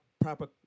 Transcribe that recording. proper